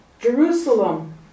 Jerusalem